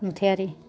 नुथायारि